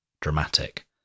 dramatic